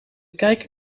kijken